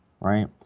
Right